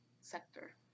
sector